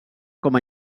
com